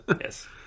yes